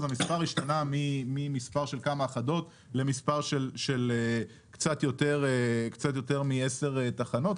אז המספר השתנה ממספר של כמה אחדות למספר של קצת יותר מעשר תחנות,